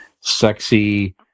Sexy